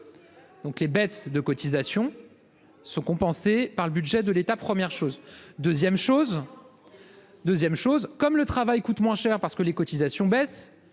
Donc les baisses de cotisations. Sont compensées par le budget de l'État. Première chose 2ème chose. 2ème chose comme le travail coûte moins cher parce que les cotisations baissent